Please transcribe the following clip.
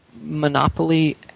monopoly